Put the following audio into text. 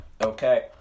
Okay